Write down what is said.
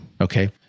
Okay